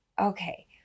Okay